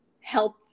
help